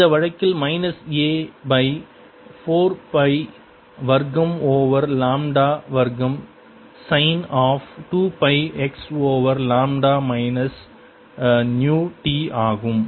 இந்த வழக்கில் minus A by 4 pi வர்க்கம் ஓவர் லாம்ப்டா வர்க்கம் sine of 2 pi x over lambda minus nu t ஆகும்